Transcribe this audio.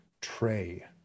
tray